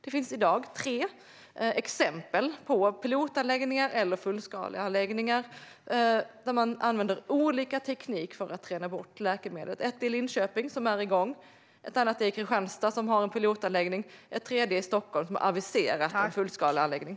Det finns i dag tre pilotanläggningar eller fullskaliga anläggningar där man använder olika tekniker för att rena bort läkemedlet: ett i Linköping som är igång, ett annat i Kristianstad med en pilotanläggning och ett tredje i Stockholm som har aviserat en fullskalig anläggning.